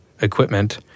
equipment